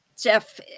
Jeff